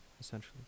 essentially